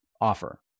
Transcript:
offer